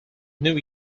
new